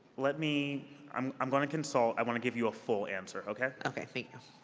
let me i'm i'm going to consult. i want to give you a full answer. okay? okay. thanks.